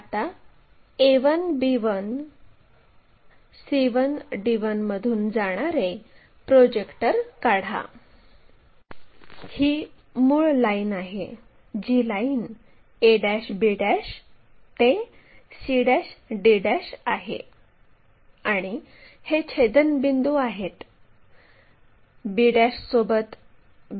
तर हा पेन या लाईनला स्पर्श करत आहे म्हणजेच ही लाईन या संदर्भित प्लेनला छेदत आहे आणि या बिंदूला आपण ट्रेस म्हणतो